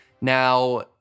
Now